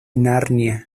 narnia